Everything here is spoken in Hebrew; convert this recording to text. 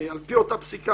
על פי אותה פסיקה,